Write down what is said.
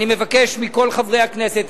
אני מבקש מכל חברי הכנסת,